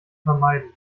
vermeiden